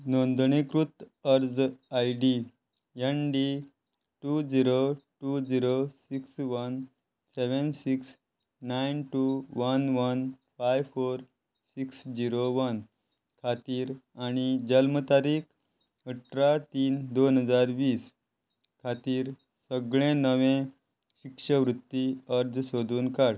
नोंदणीकृत अर्ज I D N D two zero two zero six one seven six nine two one one five four six zero one खातीर आणी जल्म तारीख अठरा तीन दोन हजार वीस खातीर सगळे नवे शिक्षवृत्ती अर्ज सोदून काड